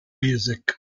music